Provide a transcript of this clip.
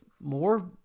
more